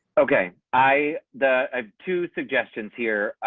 okay i the two suggestions here.